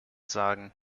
sagen